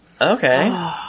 Okay